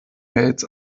mails